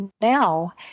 now